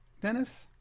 Dennis